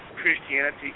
Christianity